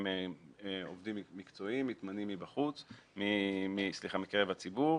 הם עובדים מקצועיים, מתמנים מקרב הציבור.